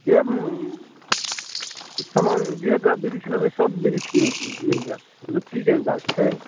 जे समान जे बिरिछ लेबै सब बिरिछ मिलि जाएत लिच्चीके गाछ छै